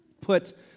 put